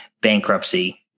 bankruptcy